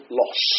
loss